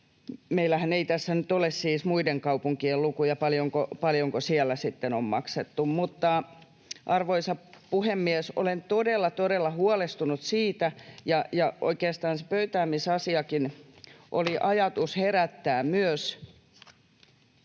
Meillähän ei tässä nyt ole siis muiden kaupunkien lukuja, paljonko siellä sitten on maksettu. Arvoisa puhemies! Olen todella, todella huolestunut siitä, ja oikeastaan siinä pöytäämisasiassakin oli ajatuksena herättää myös